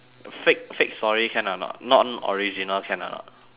fake fake story can or not non original can or not